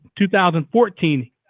2014